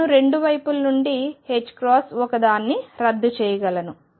నేను రెండు వైపుల నుండి ఒకదాన్ని రద్దు చేయగలను